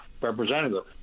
representative